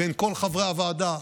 בין כל חברי הוועדה,